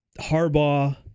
Harbaugh